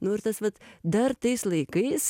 nu ir tas vat dar tais laikais